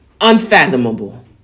unfathomable